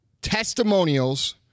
testimonials